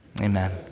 amen